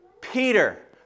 Peter